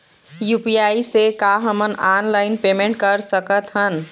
UPI से का हमन ऑनलाइन पेमेंट कर सकत हन?